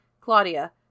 Claudia